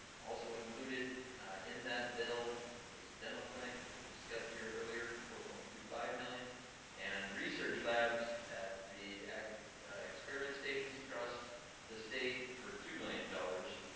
also included in that bill was dental clinic as we discussed here earlier for four point two five million and research labs at the experiment stations across the state for two million dollars.